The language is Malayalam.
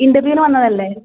ഇന്റെർവ്യൂവിന് വന്നതല്ലേ